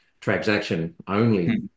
transaction-only